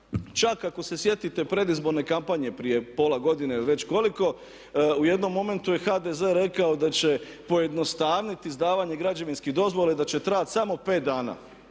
Čak ako se sjetite predizborne kampanje prije pola godine ili već koliko u jednom momentu je HDZ rekao da će pojednostaviti izdavanja građevinskih dozvola i da će trajati samo 5 dana.